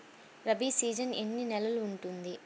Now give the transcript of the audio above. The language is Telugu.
రబీ సీజన్ ఎన్ని నెలలు ఉంటుంది?